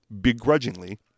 begrudgingly